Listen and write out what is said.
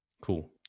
Cool